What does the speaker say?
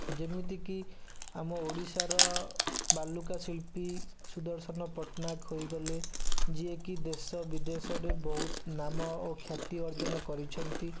ଯେମିତିକି ଆମ ଓଡ଼ିଶାର ବାଲୁକା ଶିଳ୍ପୀ ସୁଦର୍ଶନ ପଟ୍ଟନାୟକ ହୋଇଗଲେ ଯିଏକି ଦେଶ ବିଦେଶରେ ବହୁତ ନାମ ଓ ଖ୍ୟାତି ଅର୍ଜନ କରିଛନ୍ତି